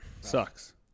sucks